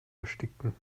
ersticken